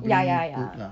ya ya ya